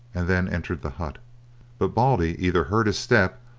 and then entered the hut but baldy either heard his step,